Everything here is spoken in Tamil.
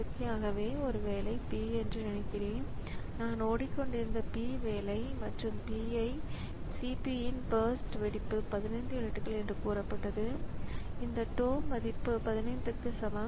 இயற்கையாகவே ஒரு வேலை P என்று நினைக்கிறேன் நான் ஓடிக்கொண்டிருந்த P வேலை மற்றும் P ஐ இன் CPU பர்ஸ்ட் CPU வெடிப்பு 15 யூனிட்டுகள் என்று கூறப்பட்டது இந்த tau மதிப்பு 15 க்கு சமம்